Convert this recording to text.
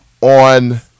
on